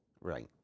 Right